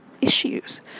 issues